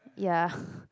ya